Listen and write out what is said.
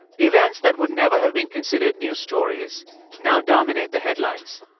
events that would never have been considered news stories now dominate the headlines.